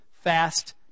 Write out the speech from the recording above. fast